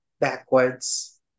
backwards